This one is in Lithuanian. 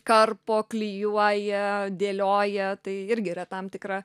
karpo klijuoja dėlioja tai irgi yra tam tikra